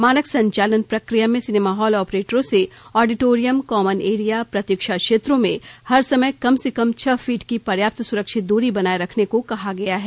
मानक संचालन प्रक्रिया में सिनेमा हॉल ऑपरेटरों से ऑडिटोरियम कॉमन एरिया प्रतीक्षा क्षेत्रों में हर समय कम से कम छह फीट की पर्याप्त सुरक्षित दूरी बनाये रखने को कहा गया है